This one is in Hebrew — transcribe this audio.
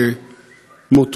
שאמרתי.